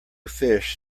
fish